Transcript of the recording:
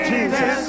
Jesus